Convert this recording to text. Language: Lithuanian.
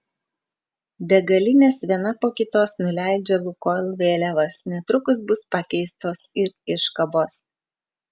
degalinės viena po kitos nuleidžia lukoil vėliavas netrukus bus pakeistos ir iškabos